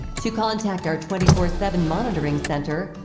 to contact our twenty four seven monitoring center,